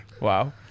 Wow